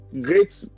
great